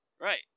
Right